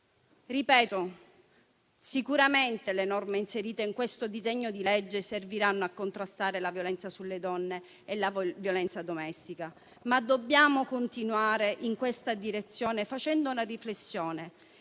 detto, sicuramente le norme inserite in questo disegno di legge serviranno a contrastare la violenza sulle donne e la violenza domestica, ma dobbiamo continuare in questa direzione facendo una riflessione.